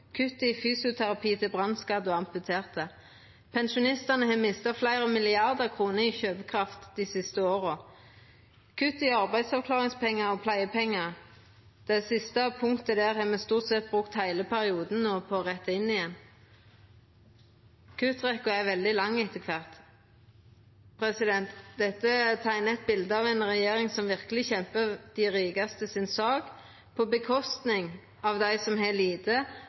kutt i fysioterapi til brannskadde og amputerte, pensjonistar som har mista fleire milliardar kroner i kjøpekraft dei siste åra, og kutt i arbeidsavklaringspengar og pleiepengar. Det siste punktet har me stort sett brukt heile perioden no på å retta opp igjen. Kuttrekkja er veldig lang etter kvart. Dette teiknar eit bilete av ei regjering som kjempar for dei rikaste, noko som går ut over dei som har lite,